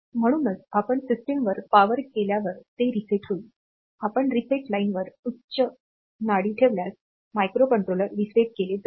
म्हणूनच आपण सिस्टमवर पॉवर केल्यावर ते रीसेट होईल आपण रीसेट लाइनवर उच्च नाडी ठेवल्यास मायक्रोकंट्रोलर रीसेट केले जाईल